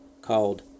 called